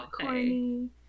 corny